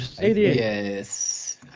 yes